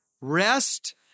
rest